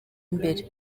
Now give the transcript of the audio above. imbere